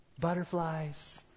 butterflies